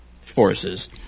forces